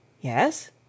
Yes